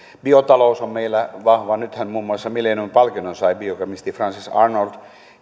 biotalous on meillä vahva nythän muun muassa millenium palkinnon sai biokemisti frances arnold